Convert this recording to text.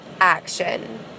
action